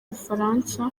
bufaransa